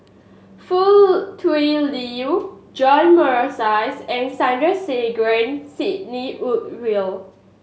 Foo Tui Liew John Morrice and Sandrasegaran Sidney Woodhull